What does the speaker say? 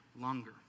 longer